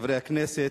חברי הכנסת,